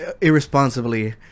irresponsibly